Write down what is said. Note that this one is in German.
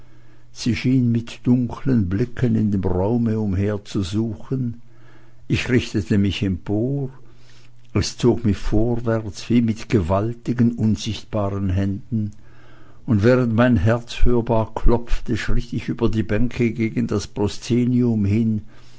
sie schien mit dunklen blicken in dem raume umherzusuchen ich richtete mich empor es zog mich vorwärts wie mit gewaltigen unsichtbaren händen und während mein herz hörbar klopfte schritt ich über die bänke gegen das proszenium hin